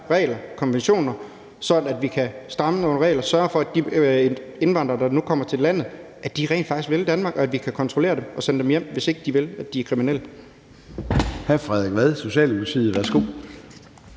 regler og konventioner, sådan at vi kan stramme reglerne og sørge for, at de indvandrere, der nu kommer til landet, rent faktisk vil Danmark, og sådan at vi kan kontrollere dem og sende dem hjem, hvis ikke de vil eller er kriminelle.